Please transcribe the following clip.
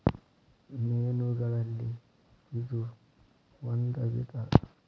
ಮೇನುಗಳಲ್ಲಿ ಇದು ಒಂದ ವಿಧಾ